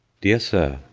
dear sir,